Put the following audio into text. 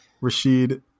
Rashid